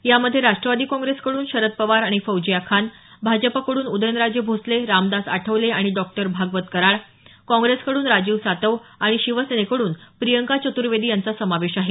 यामध्ये राष्टवादी काँग्रेसकडून शरद पवार आणि फौजिया खान भाजपकडून उदयनराजे भोसले रामदास आठवले आणि डॉक्टर भागवत कराड काँग्रेसकडून राजीव सातव आणि शिवसेनेकडून प्रियंका चतुर्वेदी यांचा समावेश आहे